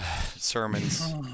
Sermons